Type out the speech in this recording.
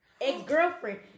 Ex-girlfriend